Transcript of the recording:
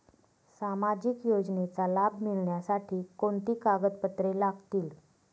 सामाजिक योजनेचा लाभ मिळण्यासाठी कोणती कागदपत्रे लागतील?